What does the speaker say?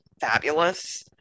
fabulous